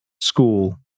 school